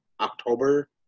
October